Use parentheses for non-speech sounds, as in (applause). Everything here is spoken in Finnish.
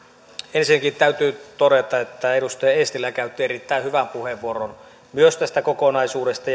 ensinnäkin täytyy todeta että edustaja eestilä käytti erittäin hyvän puheenvuoron myös tästä kokonaisuudesta (unintelligible)